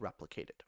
replicated